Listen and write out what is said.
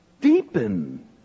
deepen